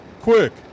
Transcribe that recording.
Quick